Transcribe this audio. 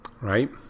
right